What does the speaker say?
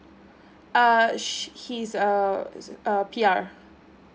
err she he is err a P_R